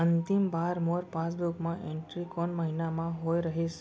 अंतिम बार मोर पासबुक मा एंट्री कोन महीना म होय रहिस?